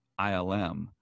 ILM